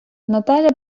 наталя